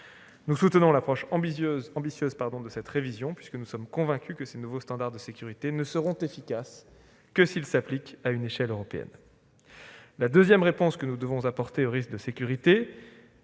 Nous soutenons l'approche ambitieuse de cette révision, puisque nous sommes convaincus que ces nouveaux standards de sécurité ne seront efficaces que s'ils s'appliquent à une échelle européenne. La deuxième réponse que nous devons apporter aux risques de sécurité-